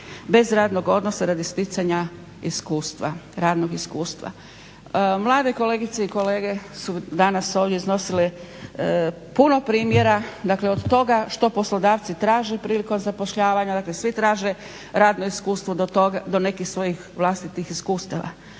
bez radnog odnosa radi sticanja iskustva, radnog iskustva. Mlade kolegice i kolege su danas ovdje iznosile puno primjera dakle od toga što poslodavci traže prilikom zapošljavanja, dakle svi traže radno iskustvo do nekih svojih vlastitih iskustava.